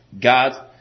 God